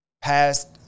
past